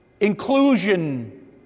inclusion